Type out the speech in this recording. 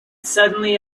suddenly